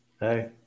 Hey